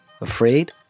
afraid